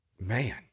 man